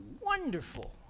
wonderful